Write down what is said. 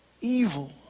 evil